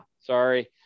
Sorry